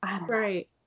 Right